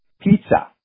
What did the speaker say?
pizza